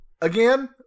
Again